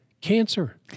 cancer